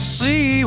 see